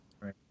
Right